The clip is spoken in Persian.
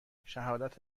شهادت